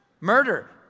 murder